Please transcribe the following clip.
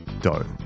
dough